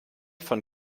von